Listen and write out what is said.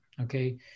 okay